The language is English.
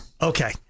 Okay